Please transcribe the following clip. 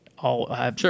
Sure